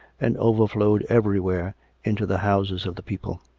and over flowed everj'where into the houses of the people.